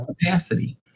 capacity